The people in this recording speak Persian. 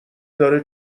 داره